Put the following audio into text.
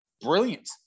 brilliant